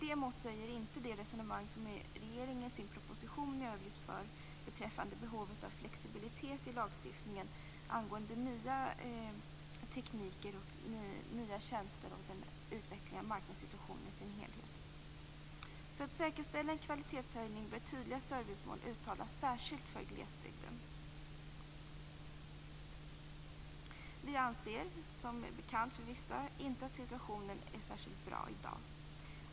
Detta motsäger inte det resonemang som regeringen i sin proposition i övrigt för beträffande behovet av flexibilitet i lagstiftningen angående nya tekniker, nya tjänster och utvecklingen av marknadssituationen i dess helhet. För att säkerställa en kvalitetshöjning bör tydliga servicemål uttalas, särskilt för glesbygden. Vi anser, som är bekant för vissa, att situationen i dag inte är särskilt bra.